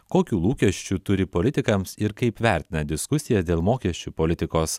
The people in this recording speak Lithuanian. kokių lūkesčių turi politikams ir kaip vertina diskusijas dėl mokesčių politikos